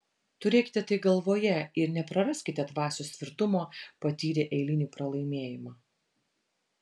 turėkite tai galvoje ir nepraraskite dvasios tvirtumo patyrę eilinį pralaimėjimą